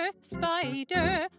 spider